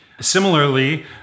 Similarly